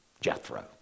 Jethro